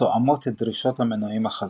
התואמות את דרישות המנועים החזקים.